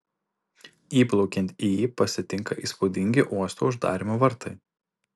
įplaukiant į jį pasitinka įspūdingi uosto uždarymo vartai